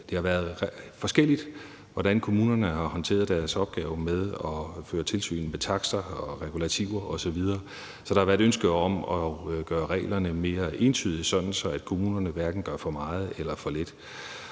det har været forskelligt, hvordan kommunerne har håndteret deres opgaver med at føre tilsyn med takster, regulativer osv. Så der har været ønske om at gøre reglerne mere entydige, sådan at kommunerne hverken gør for meget eller for lidt.